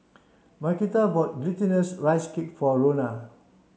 Marquita bought glutinous rice cake for Ronna